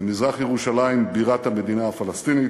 במזרח ירושלים, בירת המדינה הפלסטינית,